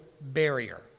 barrier